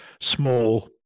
small